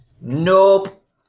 Nope